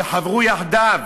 וחברו יחדיו.